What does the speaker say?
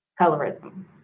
Colorism